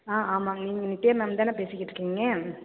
ஆ ஆமாங்க நீங்கள் நித்யா மேம் தானே பேசிக்கிட்டிருக்கீங்க